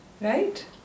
Right